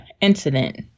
incident